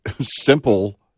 simple